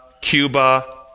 Cuba